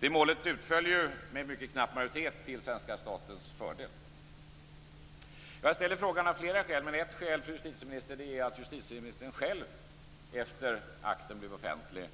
Det målet utföll ju med mycket knapp majoritet till svenska statens fördel. Jag ställer frågan av flera skäl, men ett skäl, fru justitieminister, är att justitieministern själv efter det att akten blev offentlig